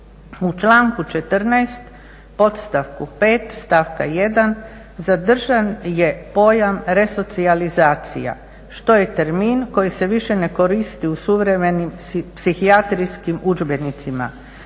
5. stavka 1. zadržan je pojam resocijalizacija, što je termin koji se više ne koristi u suvremenim psihijatrijskim udžbenicima.